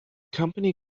company